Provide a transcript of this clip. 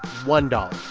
one dollar.